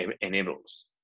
enables